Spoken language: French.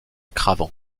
cravant